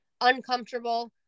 uncomfortable